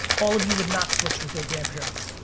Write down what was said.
all of you would not switch with your grandparents.